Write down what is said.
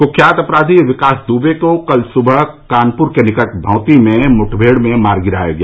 कुख्यात अपराधी विकास दुबे को कल सुबह कानपुर के निकट भौंती में मुठभेड़ में मार गिराया गया